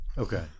Okay